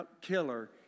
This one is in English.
killer